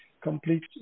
complete